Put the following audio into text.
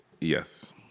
Yes